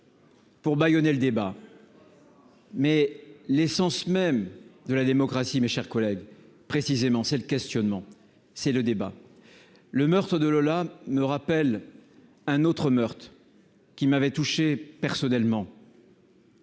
Pour bâillonner le débat. Mais l'essence même de la démocratie, mes chers collègues précisément questionnement, c'est le débat, le meurtre de Lola me rappelle un autre meurtre qui m'avait touché personnellement.